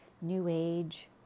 new-age